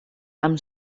amb